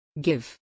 Give